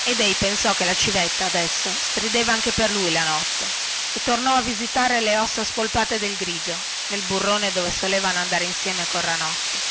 ed ei pensò che la civetta adesso strideva anche per lui nella notte e tornò a visitare le ossa spolpate del grigio nel burrone dove solevano andare insieme con ranocchio